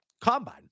combine